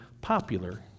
popular